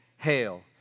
Hail